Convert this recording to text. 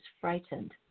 frightened